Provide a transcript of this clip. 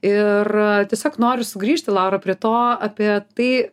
ir tiesiog noriu sugrįžti laura prie to apie tai